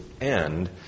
end